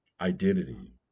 identity